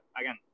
again